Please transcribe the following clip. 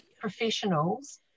Professionals